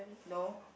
no